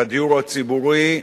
והדיור הציבורי,